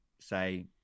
say